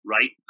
Right